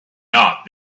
not